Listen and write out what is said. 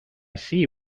see